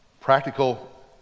Practical